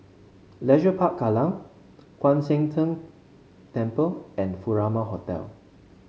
Leisure Park Kallang Kwan Siang Tng Temple and Furama Hotel